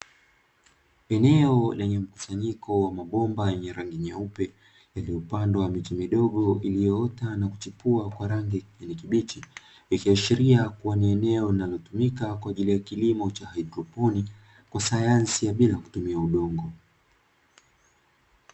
Eneo lenye mkusanyiko wa mabomba y rangi nyeupe yaliyopandwa miche midogo iliyoota na kuchipua kwa rangi ya kijani kibichi . Ikiashiria kuwa ni eneo linalotumika kwa ajili ya kilimo cha haidroponi kwa sayansi ya bila kutumia udongo.